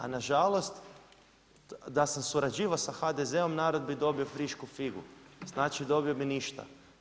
A nažalost da sam surađivao sa HDZ-om narod bi dobio frišku figu, znači dobio bi ništa.